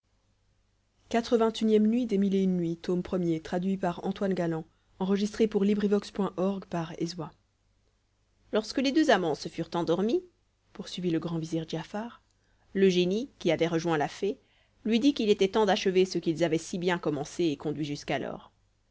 lorsque les deux amants se furent endormis poursuivit le grand vizir giafar le génie qui avait rejoint la fée lui dit qu'il était temps d'achever ce qu'ils avaient si bien commencé et conduit jusqu'alors